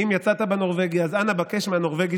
אם יצאת בנורבגי אז אנא בקש מהנורבגי